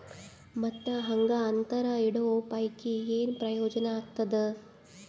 ಮತ್ತ್ ಹಾಂಗಾ ಅಂತರ ಇಡೋ ಪೈಕಿ, ಏನ್ ಪ್ರಯೋಜನ ಆಗ್ತಾದ?